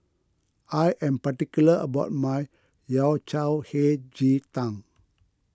I am particular about my Yao Cai Hei Ji Tang